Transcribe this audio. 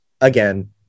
again